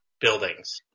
buildings